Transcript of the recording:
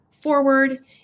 forward